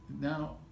Now